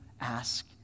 ask